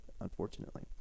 unfortunately